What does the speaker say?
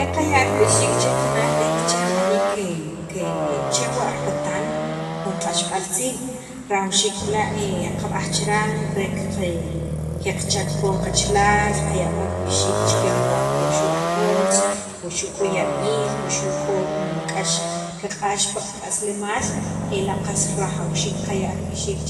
E qaya' rib'ixiik che jun naj liit che rib'aniik chewa' ripatan jun q'axb'al tziij rajawxiik b'la' qb'aj chiran re qaqa chaq poon qachalaal, qaya' poon rib'ixiik chikyan wa xu' aj otz, wuxu' k'o yab'iil, wuxu' k'o jun k'ax kiq'ax pi qak'aslemaal, ela' qas rajawxiik qaya' rib'ixiik